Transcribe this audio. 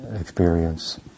experience